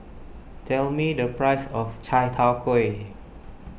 tell me the price of Chai Tow Kuay